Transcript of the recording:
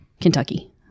Kentucky